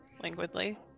Languidly